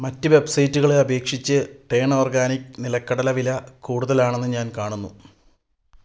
മറ്റു വെബ്സൈറ്റുകളെ അപേക്ഷിച്ച് ടേൺ ഓർഗാനിക് നിലക്കടല വില കൂടുതലാണെന്ന് ഞാൻ കാണുന്നു